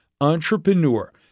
Entrepreneur